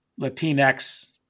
Latinx